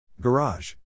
Garage